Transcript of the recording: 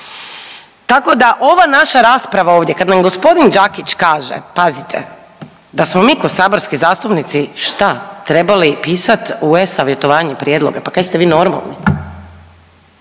Tako da ova naša rasprava ovdje kad nam g. Đakić kaže pazite, da smo mi ko saborski zastupnici šta, trebali pisat u e-Savjetovanju prijedloge? Pa kaj ste vi normalni?